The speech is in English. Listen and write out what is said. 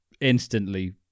instantly